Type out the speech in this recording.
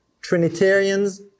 Trinitarians